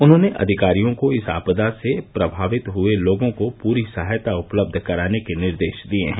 उन्होंने अधिकारियों को इस आपदा से प्रभावित हुए लोगों को पूरी सहायता उपलब्ध कराने के निर्देश दिए हैं